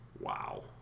Wow